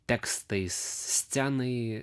tekstais scenai